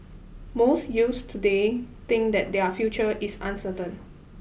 most youths today think that their future is uncertain